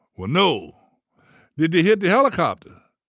well, no did they hit the helicopter?